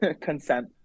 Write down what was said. consent